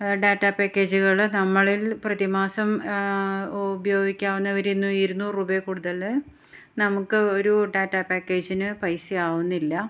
ഡെറ്റ പാക്കേജുകൾ നമ്മളിൽ പ്രതിമാസം ഉപയോഗിക്കാവുന്നവരിന്ന് ഇരുന്നൂറ് രൂപയിൽ കൂടുതൽ നമുക്ക് ഒരു ഡാറ്റാ പാക്കേജിന് പൈസയാവുന്നില്ല